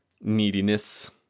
neediness